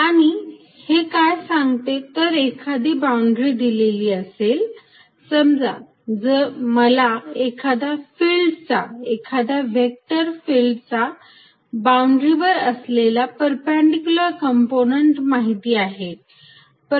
आणि हे काय सांगते जर एखादी बाउंड्री दिलेली असेल समजा मला एखादा फिल्ड चा एखाद्या व्हेक्टर फिल्ड चा बाउंड्री वर असलेला परपंडिक्युलर कंपोनंन्ट माहित आहे